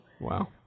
wow